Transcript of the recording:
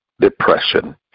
depression